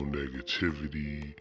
negativity